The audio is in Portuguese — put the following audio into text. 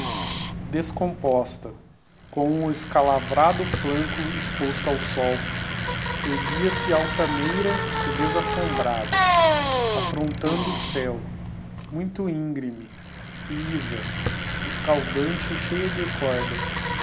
descomposta com o escalavrado flanco exposto ao sol erguia-se altaneira e desasbombrada alontando o céu muito íngreme lisa escaldante e cheia de cordas